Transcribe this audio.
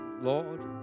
Lord